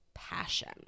passion